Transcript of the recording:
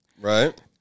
Right